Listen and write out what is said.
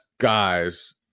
guys